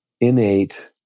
innate